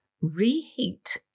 reheat